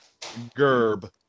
Gerb